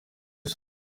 neza